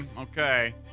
Okay